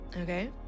Okay